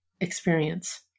experience